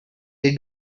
they